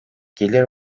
gelir